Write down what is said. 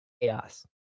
chaos